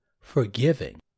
forgiving